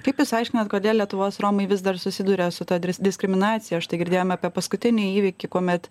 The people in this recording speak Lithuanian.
kaip jūs aiškinat kodėl lietuvos romai vis dar susiduria su ta diskriminacija štai girdėjome apie paskutinį įvykį kuomet